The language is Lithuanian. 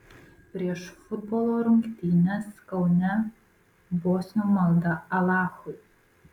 prieš futbolo rungtynes kaune bosnių malda alachui